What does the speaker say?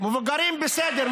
מבוגרים בסדר,